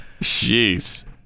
Jeez